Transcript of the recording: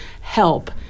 help